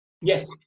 Yes